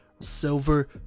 Silver